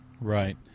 Right